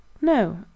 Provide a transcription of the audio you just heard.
No